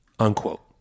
Unquote